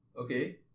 Okay